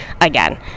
again